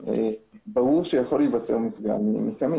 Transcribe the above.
ברור שיכול להיווצר מפגע מקמין.